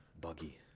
Buggy